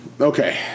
Okay